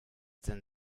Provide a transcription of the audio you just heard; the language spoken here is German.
denn